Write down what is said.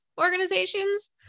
organizations